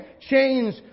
change